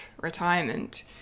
retirement